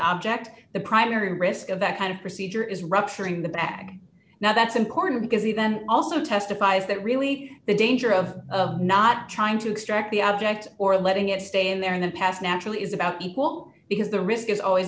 object the primary risk of that kind of procedure is rupturing the back now that's important because he then also testifies that really the danger of not trying to extract the object or letting it stay there in the past naturally is about equal because the risk is always